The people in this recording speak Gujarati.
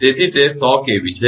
તેથી તે 100 kV છે